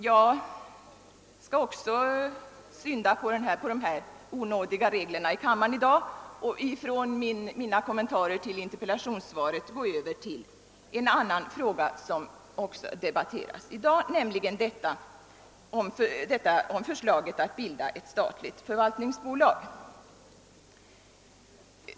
Också jag skall synda på de onådiga reglerna i kammaren i dag och från mina kommentarer till interpellationssvaret gå över till en annan fråga, som också debatteras i dag, nämligen förslaget om att bilda ett statligt förvaltningsbolag.